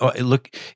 look